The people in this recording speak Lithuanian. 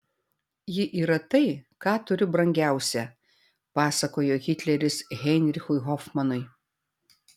ji yra tai ką turiu brangiausia pasakojo hitleris heinrichui hofmanui